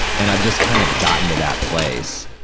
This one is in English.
and i've just kind of gotten to that place,